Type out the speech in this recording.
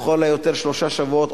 לכל היותר שלושה שבועות,